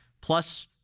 Plus